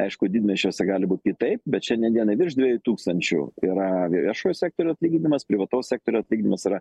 aišku didmiesčiuose gali būt kitaip bet šiandien dienai virš dviejų tūkstančių yra viešojo sektoriaus atlyginimas privataus sektoriaus atlyginimas yra